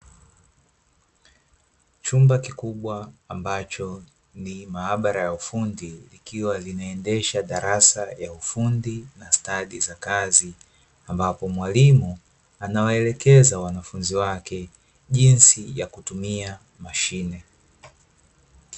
Chumba kikubwa ambacho ni maabara ya ufundi, likiwa linaendesha darasa ya ufundi za stadi za kazi, ambapo mwalimu anawaelekeza wanafunzi wake, jinsi ya kutumia mashine.